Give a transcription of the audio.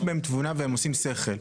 יש בהם תבונה והם עושים שכל.